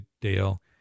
Dale